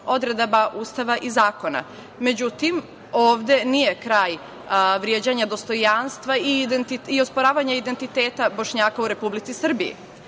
odredaba Ustava i zakona.Međutim, ovde nije kraj vređanja dostojanstva i osporavanje identiteta Bošnjaka u Republici Srbiji.